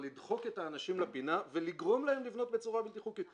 אבל לדחוק את האנשים לפינה ולגרום להם לבנות בצורה בלתי חוקית,